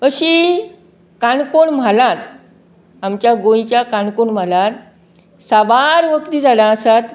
अशीं काणकोण म्हालात आमच्या गोंयच्या काणकोण म्हालात साबार वखदी झाडां आसात